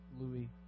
Louis